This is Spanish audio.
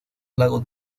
lago